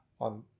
on